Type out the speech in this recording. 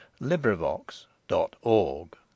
Librivox.org